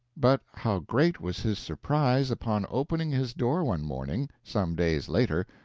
but how great was his surprise, upon opening his door one morning, some days later,